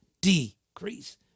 decrease